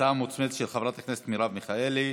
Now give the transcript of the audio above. הצעה מוצמדת של חברת הכנסת מרב מיכאלי.